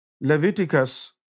Leviticus